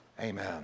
amen